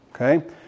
Okay